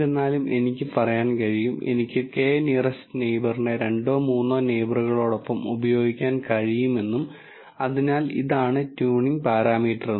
എന്നിരുന്നാലും എനിക്ക് പറയാൻ കഴിയും എനിക്ക് k നിയറെസ്റ് നെയിബറിനെ രണ്ടോ മൂന്നോ നെയിബറുകളോടൊപ്പം ഉപയോഗിക്കാൻ കഴിയുമെന്നും അതിനാൽ ഇതാണ് ട്യൂണിങ് പാരാമീറ്റർ